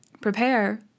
Prepare